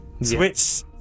switch